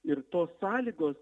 ir tos sąlygos